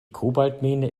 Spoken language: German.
kobaltmine